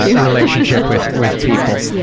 relationship with with people. yeah